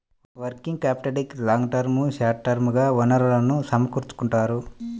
working క్యాపిటల్కి long term, short term గా వనరులను సమకూర్చుకుంటారు